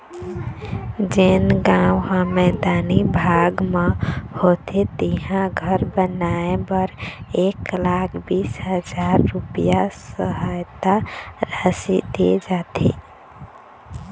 जेन गाँव ह मैदानी भाग म होथे तिहां घर बनाए बर एक लाख बीस हजार रूपिया सहायता राशि दे जाथे